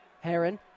Heron